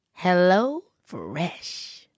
HelloFresh